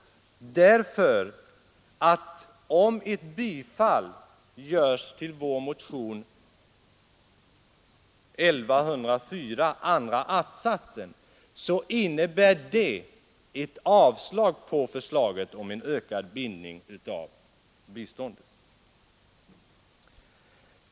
Ett bifall till den andra att-satsen i hemställan i vår motion nr 1104 innebär ett avslag på förslaget om en ökad bindning av biståndet.